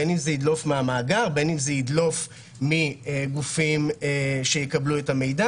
בין אם זה ידלוף מהמאגר ובין אם זה ידלוף מגופים שיקבלו את המידע